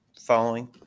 following